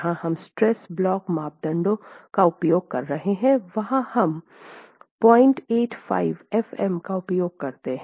जहाँ हम stress block मापदंडों का उपयोग कर रहे हैं वहां हम 085 f m का उपयोग करते हैं